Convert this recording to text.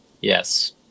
Yes